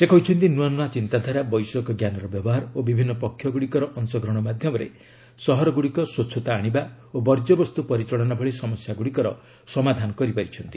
ସେ କହିଛନ୍ତି ନୂଆ ନୂଆ ଚିନ୍ତାଧାରା ବୈଷୟିକ ଜ୍ଞାନର ବ୍ୟବହାର ଓ ବିଭିନ୍ନ ପକ୍ଷଗୁଡ଼ିକର ଅଂଶଗ୍ରହଣ ମାଧ୍ୟମରେ ସହରଗୁଡ଼ିକ ସ୍ୱଚ୍ଛତା ଆଣିବା ଓ ବର୍ଜ୍ୟବସ୍ତୁ ପରିଚାଳନା ଭଳି ସମସ୍ୟାଗୁଡ଼ିକର ସମାଧାନ କରିପାରିଛନ୍ତି